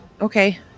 okay